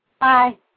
bye